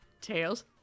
Tails